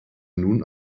nun